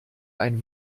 ein